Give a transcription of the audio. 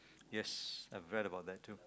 yes I've read about that too